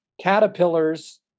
caterpillars